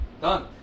Done